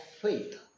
faith